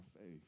faith